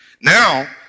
now